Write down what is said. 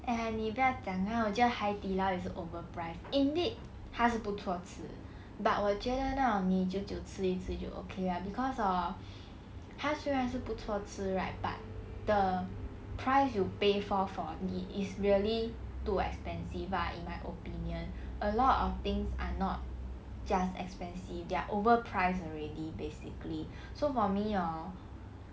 !aiya! 你不要讲他我觉得海底捞也是 overpriced indeed 它是不错吃 but 我觉得那种你久久吃一次就 okay lah cause hor 它虽然是不错吃 right but the price you pay for for me is really too expensive ah in my opinion a lot of things are not just expensive they are overpriced already basically so for me hor